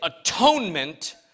atonement